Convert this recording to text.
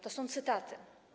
To są cytaty.